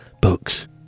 books